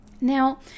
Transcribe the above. Now